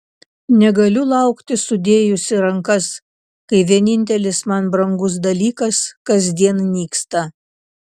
negaliu laukti sudėjusi rankas kai vienintelis man brangus dalykas kasdien nyksta